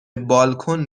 بالکن